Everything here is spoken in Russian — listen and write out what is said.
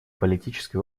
политической